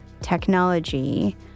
technology